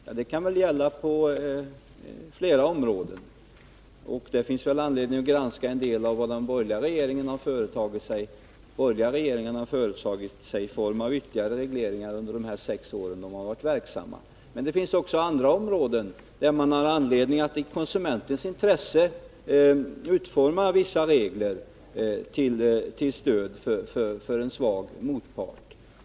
Ja, det kan väl gälla på flera områden. Det finns nog anledning att granska en del av vad de borgerliga regeringarna företagit sig i form av ytterligare regleringar under de sex år som de varit verksamma. Men det finns också andra områden där man har anledning att i konsumentens intresse utforma vissa regler till stöd för en svag motpart.